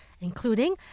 including